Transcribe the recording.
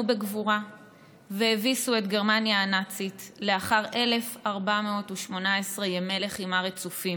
בגבורה והביסו את גרמניה הנאצית לאחר 1,418 ימי לחימה רצופים,